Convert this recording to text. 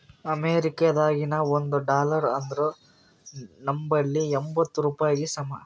ಅಮೇರಿಕಾದಾಗಿನ ಒಂದ್ ಡಾಲರ್ ಅಂದುರ್ ನಂಬಲ್ಲಿ ಎಂಬತ್ತ್ ರೂಪಾಯಿಗಿ ಸಮ